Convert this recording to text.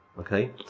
Okay